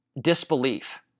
Disbelief